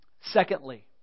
Secondly